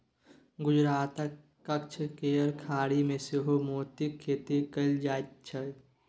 गुजरातक कच्छ केर खाड़ी मे सेहो मोतीक खेती कएल जाइत छै